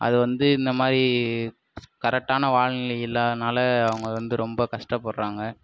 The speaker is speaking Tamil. அது வந்து இந்த மாதிரி கரெக்டான வானிலை இல்லாததுனால் அவங்க வந்து ரொம்ப கஷ்டப்படுறாங்க